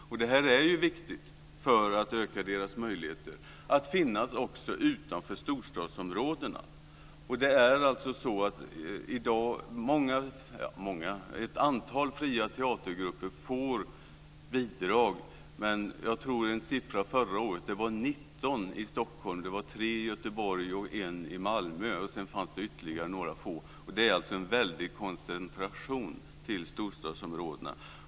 Det här är viktigt för att öka deras möjligheter att finnas också utanför storstadsområdena. Ett antal fria teatergrupper får i dag bidrag. Jag har siffror från förra året, och jag tror att det var 19 teatergrupper i Stockholm, 3 i Göteborg, 1 i Malmö och ytterligare några få som fick bidrag. Det är alltså en väldigt koncentration till storstadsområdena.